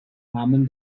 nahmen